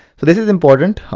so this is important,